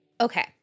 Okay